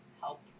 help